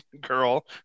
girl